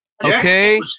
Okay